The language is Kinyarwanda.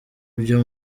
byo